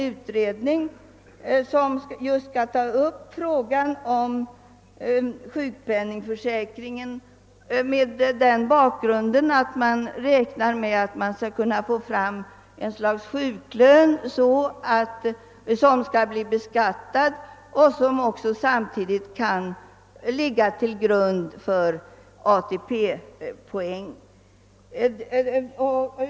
Denna skall undersöka frågan om högre sjukpenning just med tanke på att kunna åstadkomma ett slags sjuklön som skall bli beskattad och samtidigt ligga till grund för ATP-poäng.